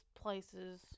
places